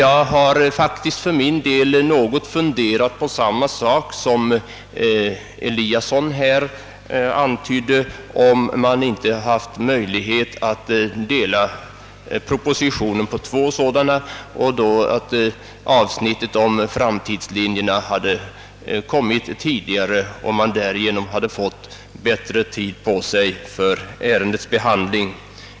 Jag har faktiskt för min del funderat på samma sak som herr Eliasson i Moholm här antydde, nämligen om man inte hade haft möjlighet att dela propositionen på två sådana, så att avsnittet om framtidslinjerna hade framlagts tidigare, varigenom man hade fått bättre tid för ärendets behandling.